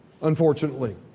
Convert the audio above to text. unfortunately